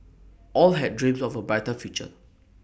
all had dreams of A brighter future